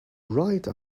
write